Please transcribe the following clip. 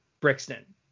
Brixton